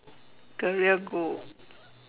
career goal